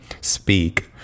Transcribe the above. speak